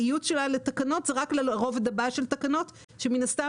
הייעוץ שלה לתקנות הוא רק לרובד הבא של התקנות שמן הסתם